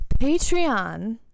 Patreon